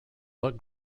but